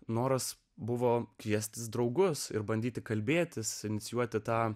noras buvo kviestis draugus ir bandyti kalbėtis inicijuoti tą